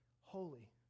holy